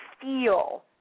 feel